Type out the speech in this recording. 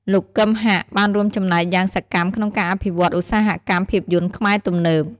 លោក គឹម ហាក់ បានរួមចំណែកយ៉ាងសកម្មក្នុងការអភិវឌ្ឍន៍ឧស្សាហកម្មភាពយន្តខ្មែរទំនើប។